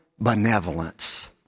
benevolence